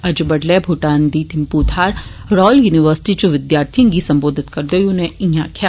अज्ज बड़डलै भूटान दी थिम्पू थाहर रायल यूनिवर्सिटी इच विद्यार्थिएं गी संबोधित करदे होई उनें इयां आक्खेआ